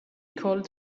called